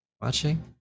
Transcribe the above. watching